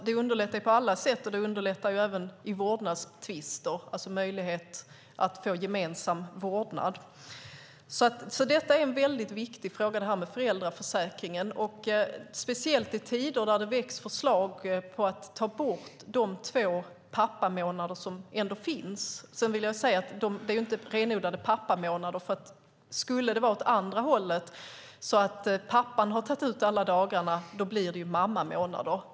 Det underlättar på alla sätt, även i vårdnadstvister, för möjligheten att få gemensam vårdnad. Föräldraförsäkringen är alltså en viktig fråga, speciellt i tider då det väcks förslag om att ta bort de två pappamånader som finns. De är visserligen inte renodlade pappamånader, för skulle pappan ha tagit ut alla dagar blir de mammamånader.